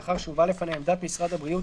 לאחר שהובאה לפניה עמדת משרד הבריאות,